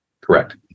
Correct